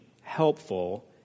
helpful